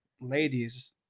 ladies